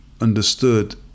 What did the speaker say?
understood